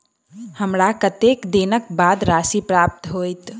हमरा कत्तेक दिनक बाद राशि प्राप्त होइत?